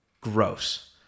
Gross